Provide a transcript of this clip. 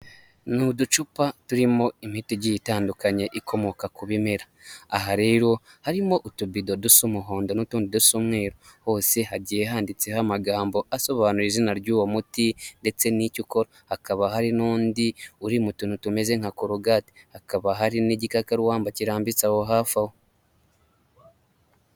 Ni uducupa turimo imiti igiye itandukanye ikomoka ku bimera. Aha rero harimo utubido dusa umuhondo n'utundi dusa umweru; hose hagiye handitseho amagambo asobanura izina ry'uwo muti ndetse n'icyo ukora. Hakaba hari n'undi uri mu tuntu tumeze nka korogati. Hakaba hari n'igikakarumba kirambitseho hafi aho.